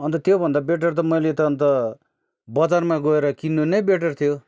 अन्त त्योभन्दा बेटर त मैले त अन्त बजारमा गएर किन्नु नै बेटर थियो